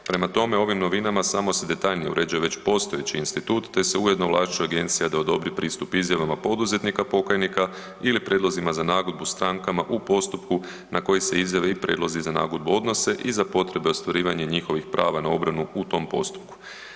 Prema tome, ovim novinama samo se detaljnije uređuje već postojeći institut te se ujedno ovlašćuje Agencija da odobri pristup izjavama poduzetnika pokajnika ili prijedlozima za nagodbu strankama u postupku na koji se izjave i prijedlozi za nagodbu odnose i za potrebe ostvarivanja njihovih prava na obranu u tom postupku.